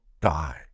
die